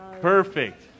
Perfect